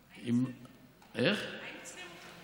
היינו צריכים אותו.